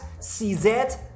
CZ